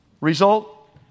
Result